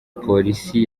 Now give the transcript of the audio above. polisi